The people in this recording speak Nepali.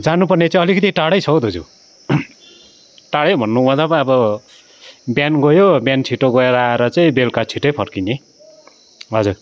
जानु पर्ने चाहिँ अलिकिति टाडै छ हौ दाजु टाडै भन्नुको मतलब अब बिहान गयो बिहान छिटो गएर आएर चाहिँ बेलुका छिट्टै फर्किने हजुर